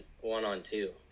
one-on-two